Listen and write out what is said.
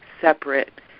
separate